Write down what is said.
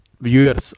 viewers